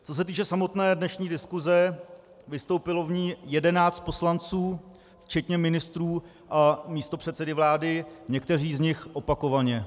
Co se týče samotné dnešní diskuse, vystoupilo v ní 11 poslanců včetně ministrů, místopředsedy vlády, někteří z nich opakovaně.